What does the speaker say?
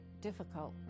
difficult